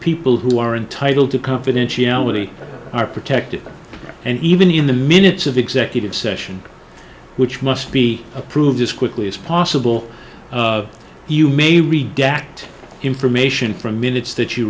people who are entitled to confidentiality are protected and even in the minutes of executive session which must be approved as quickly as possible you may read back information from minutes that you